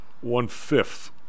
one-fifth